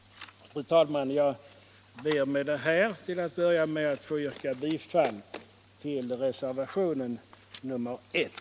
Fru talman! Jag ber med detta till att börja med att få yrka bifall till reservationen 1.